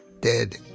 Dead